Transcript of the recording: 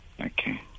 Okay